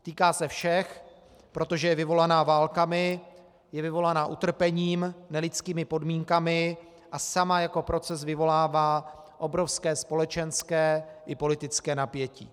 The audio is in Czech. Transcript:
Týká se všech, protože je vyvolaná válkami, je vyvolaná utrpením, nelidskými podmínkami a sama jako proces vyvolává obrovské společenské i politické napětí.